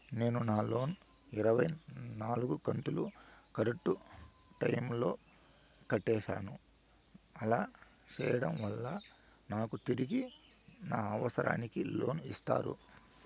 నేను నా లోను ఇరవై నాలుగు కంతులు కరెక్టు టైము లో కట్టేసాను, అలా సేయడం వలన నాకు తిరిగి నా అవసరానికి లోను ఇస్తారా?